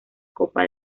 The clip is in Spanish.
copa